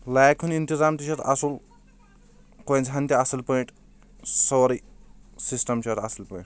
لاکہِ ہُنٛد انتظام تہِ چھُ اتھ اصل کونزِ ہٲن تہِ اصل پٲٹھۍ سورٕے سسٹم چھُ اتھ اصل پٲٹھۍ